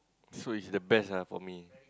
so is the best ah for me